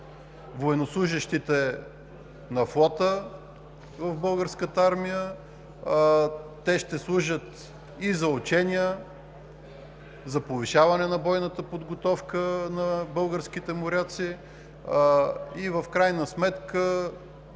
да мотивираме военнослужещите на флота в Българската армия. Те ще служат и за учения, за повишаване на бойната подготовка на българските моряци и в крайна сметка